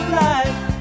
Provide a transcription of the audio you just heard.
life